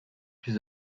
plus